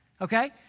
Okay